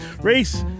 Race